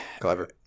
Clever